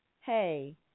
hey